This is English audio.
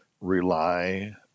rely